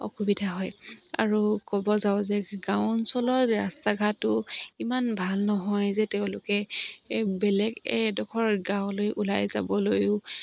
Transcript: অসুবিধা হয় আৰু ক'ব যাওঁ যে গাঁও অঞ্চলত ৰাস্তা ঘাটো ইমান ভাল নহয় যে তেওঁলোকে বেলেগ এডোখৰ গাঁৱলৈ ওলাই যাবলৈও